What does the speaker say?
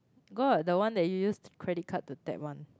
got the one that you used credit card to tap one